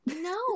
No